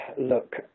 look